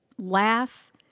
laugh